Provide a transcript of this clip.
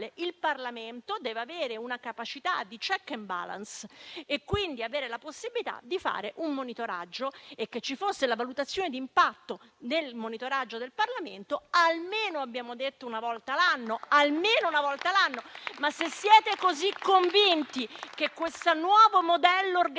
il Parlamento deve avere una capacità di *check and balance*, quindi la possibilità di fare un monitoraggio e che ci sia la valutazione d'impatto del monitoraggio del Parlamento almeno una volta all'anno, come abbiamo detto. Se siete così convinti che questo nuovo modello organizzativo